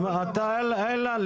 אלא?